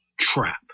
trap